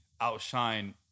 outshine